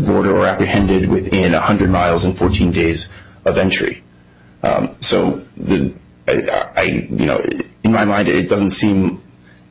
border or apprehended within a hundred miles and fourteen days of entry so you know in my mind it doesn't seem